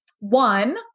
One